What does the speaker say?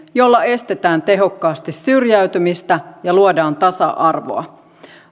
jolla estetään tehokkaasti syrjäytymistä ja luodaan tasa arvoa